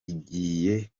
igiye